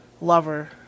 lover